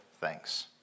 thanks